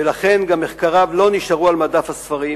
ולכן גם מחקריו לא נשארו על מדף הספרים